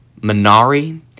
Minari